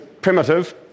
primitive